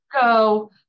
go